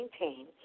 maintain